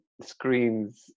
screens